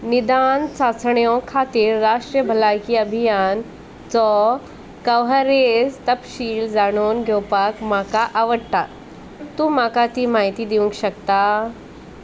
निदान चांचण्यो खातीर राष्ट्रीय भलायकी अभियानचो कव्हरेज तपशील जाणून घेवपाक म्हाका आवडटा तूं म्हाका ती म्हायती दिवंक शकता